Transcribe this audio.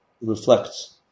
reflects